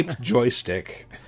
joystick